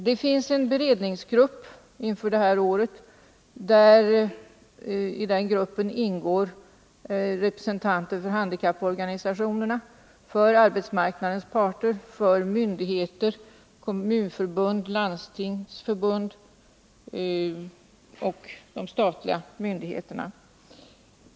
Det finns en beredningsgrupp inför detta år. I den gruppen ingår representanter för handikapporganisationerna, för arbetsmarknadens parter, för statliga myndigheter samt för Kommunförbundet och Landstingsförbundet.